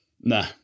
Nah